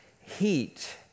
heat